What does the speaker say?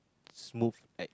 smooth like